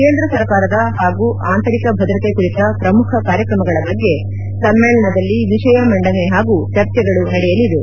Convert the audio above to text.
ಕೇಂದ್ರ ಸರ್ಕಾರದ ಹಾಗೂ ಅಂತರಿಕ ಭದ್ರತೆ ಕುರಿತ ಪ್ರಮುಖ ಕಾರ್ಯಕ್ರಮಗಳ ಬಗ್ಗೆ ಸಮ್ನೇಳನದಲ್ಲಿ ವಿಷಯ ಮಂಡನೆ ಹಾಗೂ ಚರ್ಚೆಗಳು ನಡೆಯಲಿವೆ